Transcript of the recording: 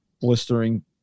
blistering